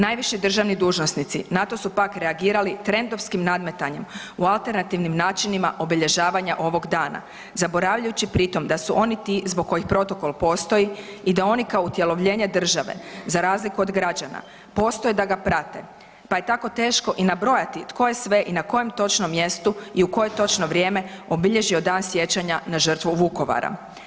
Najviši državni dužnosnici na to su pak reagirali trendovskim nadmetanjem u alternativnim načinima obilježavanja ovog dana zaboravljajući pritom da su oni ti zbog kojih protokol postoji i da oni kao utjelovljenje države za razliku od građana postoje da ga prate, pa je tako teško i nabrojati tko je sve i na kojem točno mjestu i u koje točno vrijeme obilježio Dan sjećanja na žrtvu Vukovara.